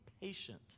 patient